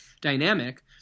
dynamic